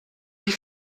die